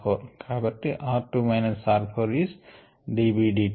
కాబట్టి r 2 minus r 4 is d B d t